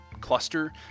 cluster